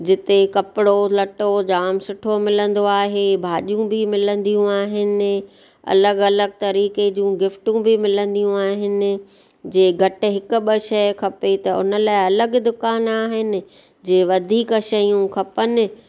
जिते कपिड़ो लटो जाम सुठो मिलंदो आहे भाॼियूं बि मिलंदियूं आहिनि अलॻि अलॻि तरीके जूं गिफ्टूं बि मिलंदियूं आहिनि जे घटि हिक ॿ शइ खपे त उन लाइ अलॻि दुकान आहिनि जे वधीक शयूं खपनि